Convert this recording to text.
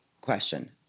question